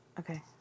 Okay